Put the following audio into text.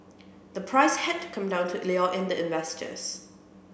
the price had to come down to lure in the investors